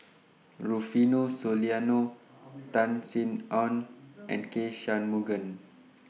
Rufino Soliano Tan Sin Aun and K Shanmugam